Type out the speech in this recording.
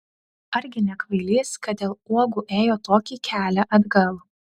argi ne kvailys kad dėl uogų ėjo tokį kelią atgal